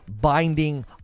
binding